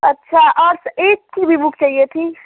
अच्छा और एट की भी बुक चाहिए थी